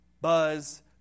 buzz